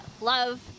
Love